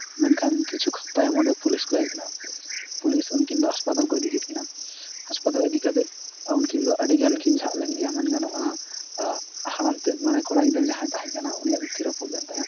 ᱢᱮᱱᱠᱷᱟᱱ ᱠᱤᱪᱷᱩ ᱛᱟᱭᱚᱢ ᱚᱸᱰᱮ ᱯᱩᱞᱤᱥ ᱠᱚ ᱦᱮᱡ ᱮᱱᱟ ᱯᱩᱞᱤᱥ ᱩᱱᱠᱤᱱ ᱫᱚ ᱦᱟᱥᱯᱟᱛᱟᱞ ᱠᱚ ᱤᱫᱤ ᱠᱮᱫ ᱠᱤᱱᱟ ᱦᱟᱥᱟᱛᱟᱞ ᱤᱫᱤ ᱠᱟᱛᱮᱫ ᱩᱱᱠᱤᱱ ᱫᱚ ᱟᱹᱰᱤᱜᱟᱱᱠᱤᱱ ᱡᱷᱟᱜ ᱞᱮᱱ ᱜᱮᱭᱟ ᱢᱮᱱ ᱜᱟᱱᱚᱜᱼᱟ ᱦᱟᱲᱟᱢ ᱛᱮᱫ ᱢᱟᱱᱮ ᱠᱚᱲᱟ ᱜᱤᱫᱽᱨᱟᱹ ᱫᱚ ᱡᱟᱦᱟᱸᱭ ᱛᱟᱦᱮᱸ ᱠᱟᱱᱟ ᱩᱱᱤᱭᱟᱜ ᱫᱚ ᱛᱤ ᱨᱟᱹᱯᱩᱫ ᱮᱱ ᱛᱟᱭᱟ